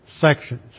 Sections